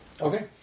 Okay